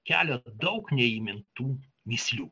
keliate daug neįmintų mįslių